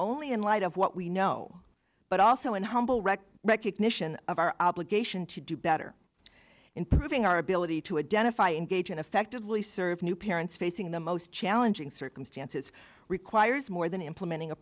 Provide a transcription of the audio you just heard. only in light of what we know but also in humble rect recognition of our obligation to do better improving our ability to a dentist i engage in effectively serve new parents facing the most challenging circumstances requires more than implementing a